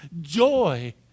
joy